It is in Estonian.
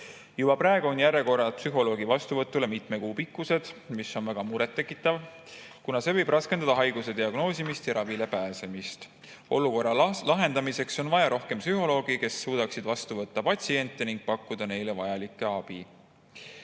Juba praegu on järjekorrad psühholoogi vastuvõtule mitme kuu pikkused. See on väga murettekitav, kuna see võib raskendada haiguse diagnoosimist ja ravile pääsemist. Olukorra lahendamiseks on vaja rohkem psühholooge, kes suudaksid vastu võtta patsiente ja pakkuda neile vajalikku abi.